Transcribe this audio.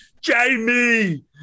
Jamie